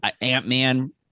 Ant-Man